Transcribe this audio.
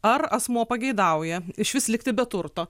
ar asmuo pageidauja išvis likti be turto